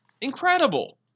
incredible